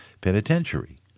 penitentiary